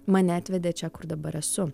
mane atvedė čia kur dabar esu